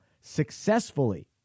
successfully